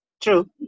true